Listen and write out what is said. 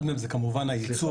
אחד מהם זה כמובן הייצור.